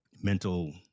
mental